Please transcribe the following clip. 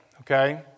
okay